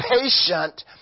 patient